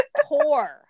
poor